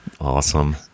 Awesome